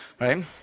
Right